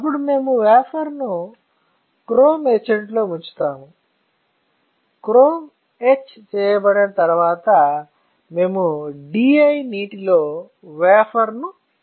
అప్పుడు మేము వేఫర్ ను క్రోమ్ ఎచాంట్లో ముంచుతాము క్రోమ్ ఎచ్ చేయబడిన తర్వాత మేము DI నీటిలో వేఫర్ ను ముంచుతాము